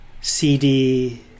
cd